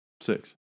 six